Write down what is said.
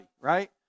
right